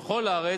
בכל הארץ.